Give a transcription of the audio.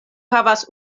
havas